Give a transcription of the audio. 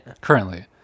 currently